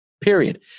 period